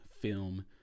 film